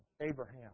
Abraham